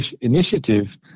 initiative